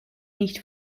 nicht